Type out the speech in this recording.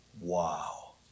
wow